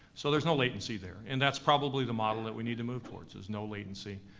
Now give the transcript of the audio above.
so there's no latency there. and that's probably the model that we need to move towards, is no latency,